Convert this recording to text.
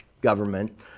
government